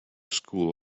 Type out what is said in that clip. school